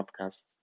podcast